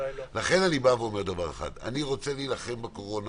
אני רוצה להילחם בקורונה